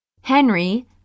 Henry